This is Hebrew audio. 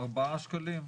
4 שקלים.